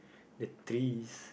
the trees